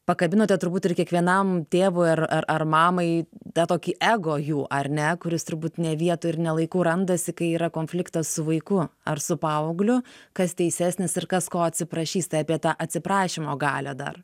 pakabinote turbūt ir kiekvienam tėvui ar ar mamai tą tokį ego jų ar ne kuris turbūt ne vietoj ir ne laiku randasi kai yra konfliktas su vaiku ar su paaugliu kas teisesnis ir kas ko atsiprašys tai apie tą atsiprašymo galią dar